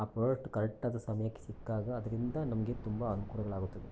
ಆ ಪ್ರಾಡಕ್ಟ್ ಕರೆಕ್ಟಾದ ಸಮಯಕ್ಕೆ ಸಿಕ್ಕಾಗ ಅದರಿಂದ ನಮಗೆ ತುಂಬ ಅನುಕೂಲಗಳಾಗುತ್ತದೆ